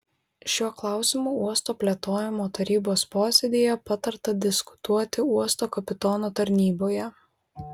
šiuo klausimu uosto plėtojimo tarybos posėdyje patarta diskutuoti uosto kapitono tarnyboje